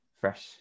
fresh